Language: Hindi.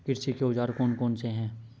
कृषि के औजार कौन कौन से हैं?